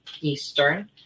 Eastern